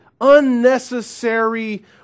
unnecessary